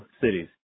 cities